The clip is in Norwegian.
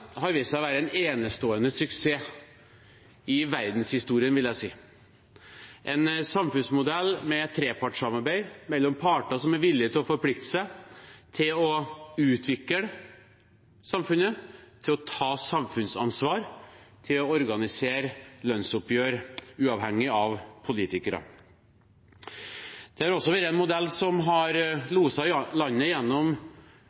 har vist seg å være en enestående suksess – i verdenshistorien, vil jeg si. Det er en samfunnsmodell med trepartssamarbeid mellom parter som er villige til å forplikte seg til å utvikle samfunnet, til å ta samfunnsansvar og til å organisere lønnsoppgjør uavhengig av politikere. Det har også vært en modell som har